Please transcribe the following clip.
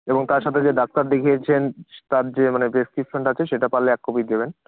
এবং তার সাথে যে ডাক্তার দেখিয়েছেন তার যে মানে প্রেসক্রিপশানটা আছে সেটা পারলে এক কপি দেবেন